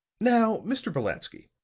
now, mr. brolatsky,